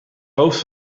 hoofd